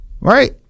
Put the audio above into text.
Right